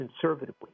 conservatively